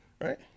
right